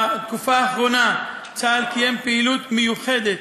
בתקופה האחרונה צה"ל קיים פעילות מיוחדת